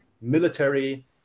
military